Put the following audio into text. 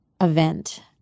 event